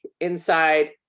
inside